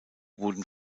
wurden